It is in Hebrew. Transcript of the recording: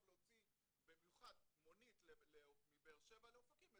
להוציא במיוחד מונית מבאר שבע לאופקים,